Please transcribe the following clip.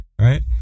Right